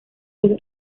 dos